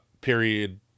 period